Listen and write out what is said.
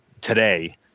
today